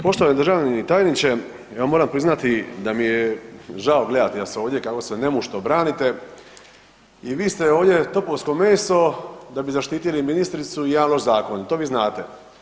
Poštovani državni tajniče, evo moram priznati da mi je žao gledati vas ovdje kako se nemušto branite i vi ste ovdje topovsko meso da bi zaštitili ministricu i jedan loš zakon i to vi znate.